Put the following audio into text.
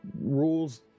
rules